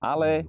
Ale